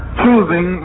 choosing